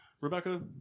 Rebecca